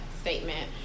statement